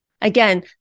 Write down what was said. Again